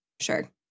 sure